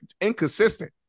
inconsistent